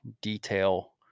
detail